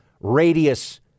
radius